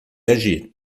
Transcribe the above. agir